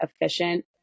efficient